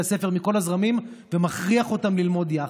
הספר מכל הזרמים ומכריח אותם ללמוד יחד,